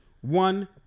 one